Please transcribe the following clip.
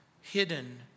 hidden